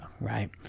Right